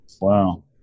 Wow